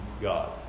God